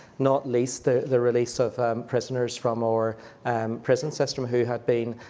not least the the release of prisoners from our um prison system, who had been,